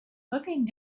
looking